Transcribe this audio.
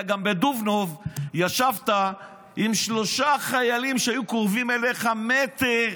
אתה גם ישבת בדובנוב עם שלושה חיילים שהיו קרובים אליך מטר,